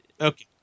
okay